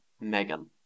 Megan